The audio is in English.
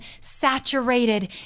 saturated